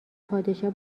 پادشاه